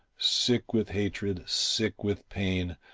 sick with hatred, sick with pain,